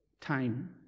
time